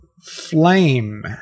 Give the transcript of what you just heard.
flame